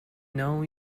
know